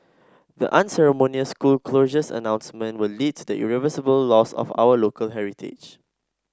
the unceremonious school closures announcement will lead to the irreversible loss of our local heritage